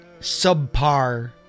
subpar